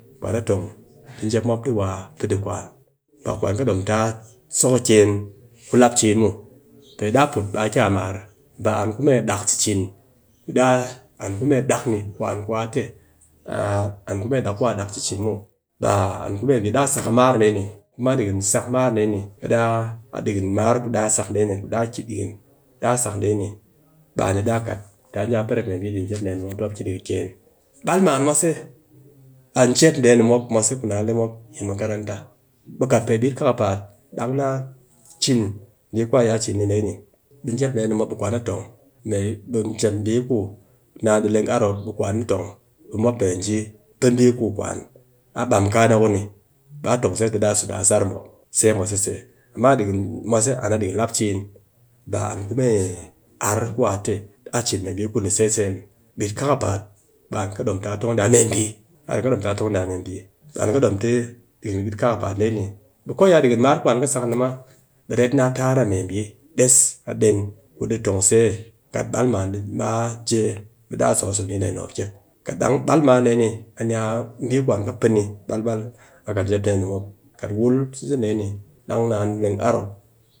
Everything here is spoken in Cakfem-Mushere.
Kwan a tong ti njep mop di wa pee ɗi kwan, kwan kɨ dom taa so kɨken ku lapcin muw, pe daa put ɓe a ki a mar, ba an ku mee ɗak cin, ku dang an ku mee dak ni, kwan kwa a te an ku mee dak ni kwa dak cin cin muw. Baa mbi. Daa sak a mar dee ni, kuma dikin sak dee ni, ɓe ɗaa, a dikin mar ku ɗaa sak dee ni baa ni ɓe daa kat ta nji a peh rep mee mbi di yi njep ni mop tɨ mop ki ɗi kɨken, ɓal man mwase a njep dee ni mop ku na le mop makaranta, ɓe kat mee ɓit kakapaat, dang na cin mbi ku a iya cin ni ɗee ni njep dee ni mop ɓe kwan a tong a mee be jee, mbi naan leng ar mop ɓe kwan a tong ɓe mop pe nji ku mbi ku kwan a mbam kaa na ku ni, ɗaa tong se tɨ ɗaa so di a sar mop se mwase se. Amma ɗikin mwase an a ɗikin lapcin, ba an ku mee ar ku a te a cin mee mbi ku ni se semuw. Bit kakapaat an ki dom ta tong ɗi a mee mbi, an ki dom ɗikin ɓit kakapaat dee ni, ko ya ɗikin mar ku an kɨ sak ma, ret na tara mee mbi des a den ku ɗi tong se kat ɓal man di baa jee ɓe daa so a so mbi dee ni, a ni a mbi ku an ki pee ɓalbal kat wul sisedee ni mop dang naan leng ar